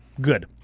Good